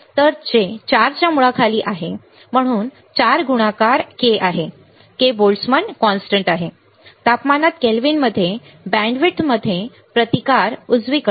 तर जे 4 च्या मुळाखाली आहे म्हणून 4 गुणाकार K आहे k बोल्ट्झमॅन स्थिर आहे तापमानात केल्विनमध्ये बँडविड्थमध्ये प्रतिकार उजवीकडे